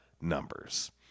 numbers